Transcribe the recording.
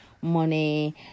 money